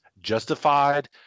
Justified